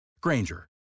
Granger